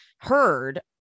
heard